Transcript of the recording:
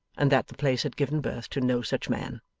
and that the place had given birth to no such man.